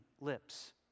lips